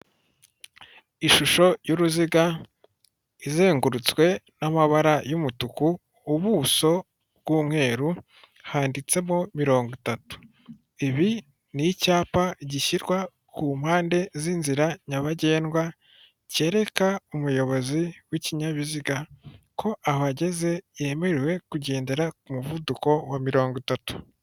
Ishusho y'uruziga izengurutswe n'amabara y'umutuku, ubuso bw'umweru handitsemo mirongo itatu, ibi ni icyapa gishyirwa ku mpande z'inzira nyabagendwa kereka umuyobozi w'ikinyabiziga ko aho ageze yemerewe kugendera ku muvuduko wa mirongo itatu.